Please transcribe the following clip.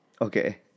Okay